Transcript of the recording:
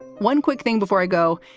one quick thing before i go.